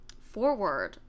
Forward